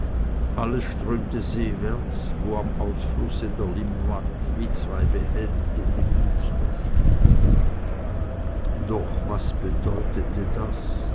alles strömte seewärts wo am ausfluß der limmat wie zwei behelmte die münster stehen doch was bedeutete das